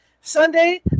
Sunday